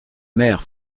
mère